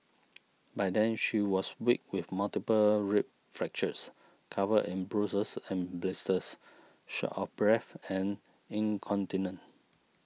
by then she was weak with multiple rib fractures covered in bruises and blisters short of breath and incontinent